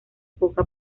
poca